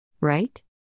Right